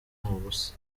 busa